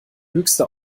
höchste